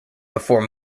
before